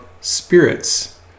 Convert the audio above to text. spirits